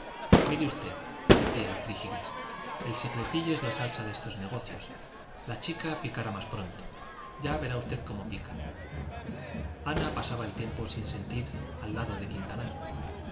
pretendiente mire usted decía frígilis el secretillo es la salsa de estos negocios la chica picará más pronto ya verá usted como pica ana pasaba el tiempo sin sentir al lado de quintanar